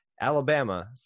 Alabama